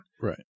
Right